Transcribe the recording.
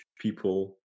people